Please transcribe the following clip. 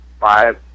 five